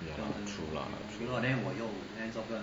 true lah true lah